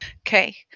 Okay